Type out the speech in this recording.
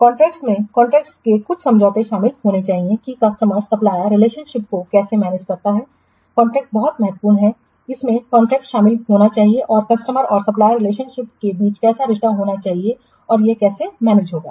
contracts में contracts में कुछ समझौते शामिल होने चाहिए कि कस्टमर सप्लायर रिलेशनशिप को कैसे मैनेज करना है कॉन्ट्रैक्ट्स बहुत महत्वपूर्ण हैं इसमें कॉन्ट्रैक्ट्स शामिल होने चाहिए कि कस्टमर और सप्लाई रिलेशनशिप के बीच कैसा रिश्ता होना चाहिए और यह कैसे मैनेज होगा